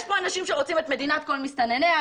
יש פה אנשים שרוצים את מדינת כל מסתנניה,